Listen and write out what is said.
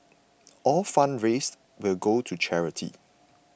all funds raised will go to charity